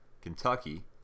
Kentucky